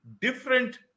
different